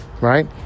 right